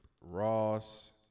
Ross